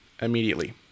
immediately